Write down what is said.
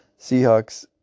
Seahawks